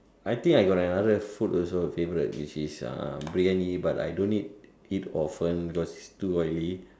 I think I got another food also favourite which is uh briyani but I don't eat it often because it's too oily